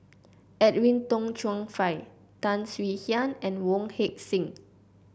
Edwin Tong Chun Fai Tan Swie Hian and Wong Heck Sing